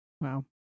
Wow